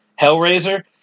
Hellraiser